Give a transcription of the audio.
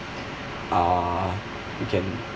uh you can